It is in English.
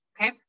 Okay